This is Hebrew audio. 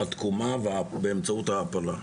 התקומה, באמצעות ההעפלה.